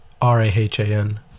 R-A-H-A-N